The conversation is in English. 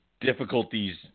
difficulties